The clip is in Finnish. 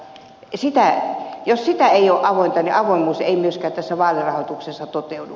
jos se ei ole avointa niin avoimuus ei myöskään tässä vaalirahoituksessa toteudu